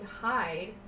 hide